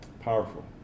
Powerful